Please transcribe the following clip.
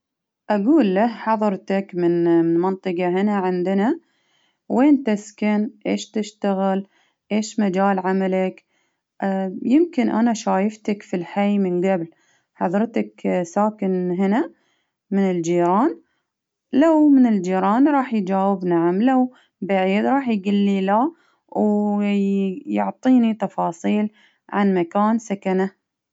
أقول له حضرتك من من منطقة هنا عندنا ؟وين تسكن ؟إيش تشتغل؟ إيش مجال عملك? يمكن أنا شايفتك في الحي من قبل، حضرتك ساكن هنا من الجيران؟ لو من الجيران راح يجاوب نعم ،لو بعيد راح يجلي لا، و يعطيني تفاصيل عن مكان سكنة.